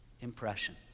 impression